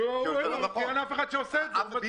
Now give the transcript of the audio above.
כי אין אף אחד שעושה את זה.